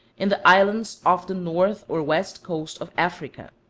in the islands off the north or west coast of africa.